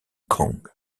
kong